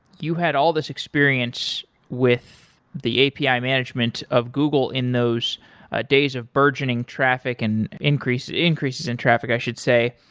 you had all these experience with the api management of google in those ah days of burgeoning traffic and increases increases in traffic, i should say.